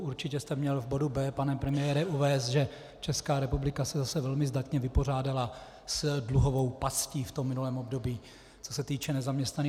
Určitě jste měl v bodu B, pane premiére, uvést, že Česká republika se zase velmi zdatně vypořádala s dluhovou pastí v minulém období, co se týče nezaměstnaných.